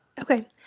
Okay